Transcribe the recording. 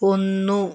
ഒന്നു